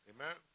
Amen